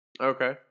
Okay